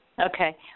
Okay